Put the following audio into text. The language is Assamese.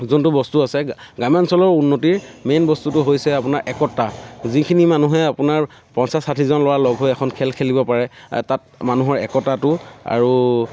যোনটো বস্তু আছে গ্ৰাম্যাঞ্চলৰ উন্নতিৰ মেইন বস্তুটো হৈছে আপোনাৰ একতা যিখিনি মানুহে আপোনাৰ পঞ্চাছ ষাঠিজন ল'ৰাই লগ হৈ এখন খেল খেলিব পাৰে তাত মানুহৰ একতাটো আৰু